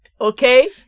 okay